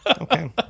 Okay